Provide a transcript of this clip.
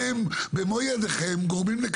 אבל משבר פותרים בעזרת כלים שהם לא קונבנציונאליים.